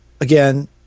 again